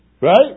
Right